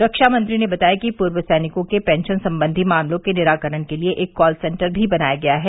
रक्षामंत्री ने बताया कि पूर्व सैनिकों के पेंशन संबंधी मामलों के निराकरण के लिये एक कॉल सेन्टर भी बनाया गया है